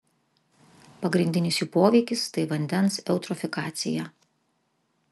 pagrindinis jų poveikis tai vandens eutrofikacija